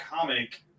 comic